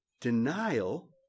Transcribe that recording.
denial